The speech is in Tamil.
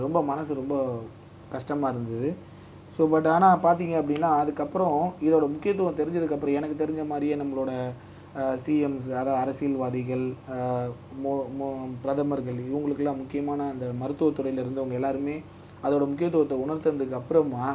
ரொம்ப மனது ரொம்ப கஷ்டமாக இருந்தது ஸோ பட் ஆனால் பார்த்தீங்க அப்படினா அதுக்கப்புறம் இதோடய முக்கியத்துவம் தெரிஞ்சதுக்கப்புறம் எனக்கு தெரிஞ்ச மாதிரியே நம்மளோட சிஎம்ஸ்சு அதுதான் அரசியல்வாதிகள் மோ மோ பிரதமர்கள் இவங்களுக்கெல்லாம் முக்கியமான அந்த மருத்துவ துறையில் இருந்தவங்கள் எல்லாேருமே அதோடய முக்கியத்துவத்தை உணர்த்தினதுக்கு அப்புறமா